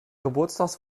geburtstags